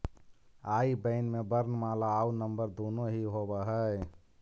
आई बैन में वर्णमाला आउ नंबर दुनो ही होवऽ हइ